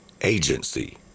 agency